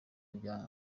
bya